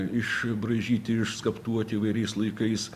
išbraižyti išskaptuoti įvairiais laikais